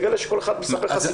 תגלה שכל אחד מספר לך סיפור אחר.